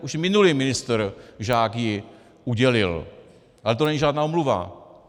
Už minulý ministr Žák ji udělil, ale to není žádná omluva.